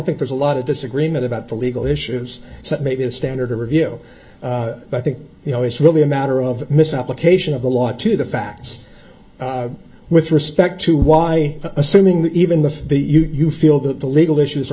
think there's a lot of disagreement about the legal issues that make a standard interview i think you know it's really a matter of misapplication of the law to the facts with respect to why assuming that even the the you feel that the legal issues are